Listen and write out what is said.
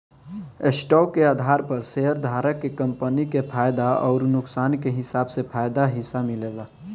stock के आधार पर शेयरधारक के कंपनी के फायदा अउर नुकसान के हिसाब से फायदा के हिस्सा मिलेला